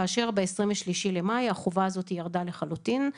כאשר ב-23 במאי החובה הזאת ירדה לחלוטין.